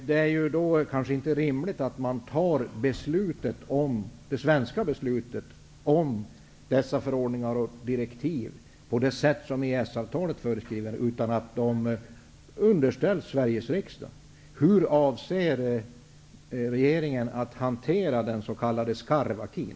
Då är det kanske inte rimligt att fatta det svenska beslutet om dessa förordningar och direktiv på det sätt som EES-avtalet föreskriver utan att de underställs Sveriges riksdag. Min andra fråga är därför: Hur avser regeringen att hantera den s.k. skarv-acquis?